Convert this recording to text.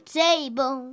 table